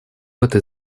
этой